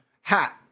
hat